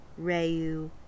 Reu